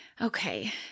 okay